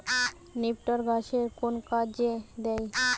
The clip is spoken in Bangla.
নিপটর গাছের কোন কাজে দেয়?